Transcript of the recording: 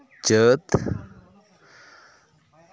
ᱪᱟᱹᱛ